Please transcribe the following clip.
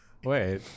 Wait